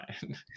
fine